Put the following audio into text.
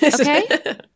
okay